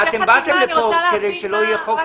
אתם באתם לכאן כדי שלא יהיה חוק?